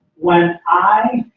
when i.